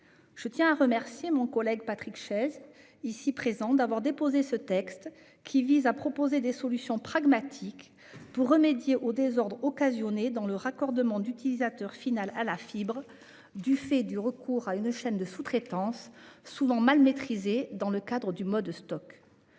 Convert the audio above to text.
Je tiens à remercier mon collègue Patrick Chaize d'avoir déposé ce texte, qui apporte des solutions pragmatiques pour remédier aux désordres occasionnés dans le raccordement d'utilisateurs finaux à la fibre, en raison du recours à une chaîne de sous-traitance, souvent mal maîtrisée, dans le cadre du mode Stoc.